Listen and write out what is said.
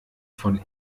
von